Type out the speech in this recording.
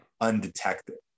undetected